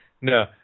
No